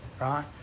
Right